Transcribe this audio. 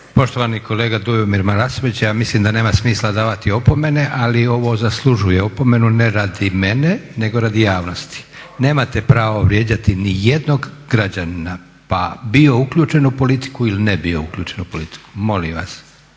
Poštovani kolega Dujomir Marasović mislim da nema smisla davati opomene, ali ovo zaslužuje opomenu ne radi mene nego radi javnosti. Nemate pravo vrijeđati nijednog građanina pa bio uključen u politiku ili ne bio uključen u politiku. Zadržite